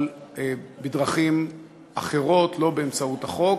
אבל בדרכים אחרות, לא באמצעות החוק.